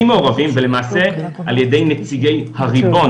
מעורבים ולמעשה על ידי נציגי הריבון,